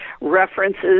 references